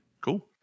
Cool